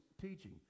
teaching